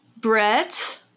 Brett